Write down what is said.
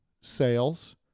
sales